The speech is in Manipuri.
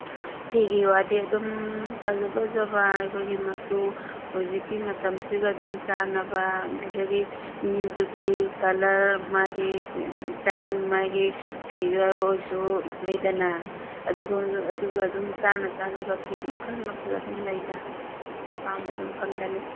ꯐꯤꯒꯤ ꯋꯥꯗꯤ ꯑꯗꯨꯝ ꯐꯖ ꯐꯖꯕ ꯍꯥꯏꯕꯗꯤ ꯃꯆꯨ ꯍꯧꯖꯤꯛꯀꯤ ꯃꯇꯝꯁꯤꯒ ꯑꯗꯨꯝ ꯆꯥꯟꯅꯕ ꯑꯗꯨꯗꯒꯤ ꯃꯤꯗꯨꯒꯤ ꯀꯂꯔ ꯃꯥꯒꯤ ꯏꯁꯇꯥꯏꯜ ꯃꯥꯒꯤ ꯐꯤꯒꯔ ꯑꯣꯏꯁꯨ ꯂꯩꯗꯅ ꯑꯗꯨꯒ ꯑꯗꯨꯒ ꯑꯗꯨꯝ ꯆꯥꯟꯅ ꯆꯥꯟꯅꯕ ꯐꯤ ꯃꯈꯜ ꯃꯈꯜ ꯑꯗꯨꯝ ꯂꯩꯗ ꯑꯄꯥꯝꯕ ꯑꯗꯨꯝ ꯐꯪꯒꯅꯤ